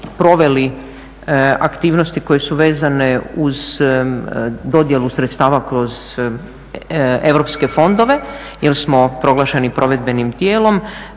proveli aktivnosti koje su vezane uz dodjelu sredstava kroz europske fondove jer smo proglašeni provedbenim tijelom.